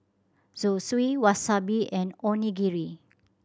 Zosui Wasabi and Onigiri